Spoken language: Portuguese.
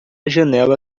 janela